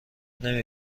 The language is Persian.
نمی